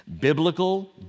Biblical